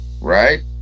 right